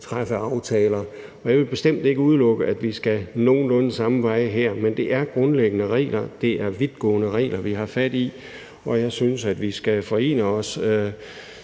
træffe aftaler. Jeg vil bestemt ikke udelukke, at vi skal nogenlunde samme vej her, men det er grundlæggende vidtgående regler, vi har fat i, og jeg synes, at vi skal forene os